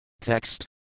Text